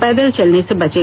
पैदल चलने से बचें